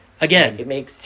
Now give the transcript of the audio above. Again